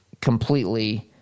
completely